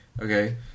Okay